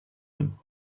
him